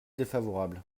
défavorable